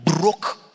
broke